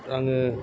आङो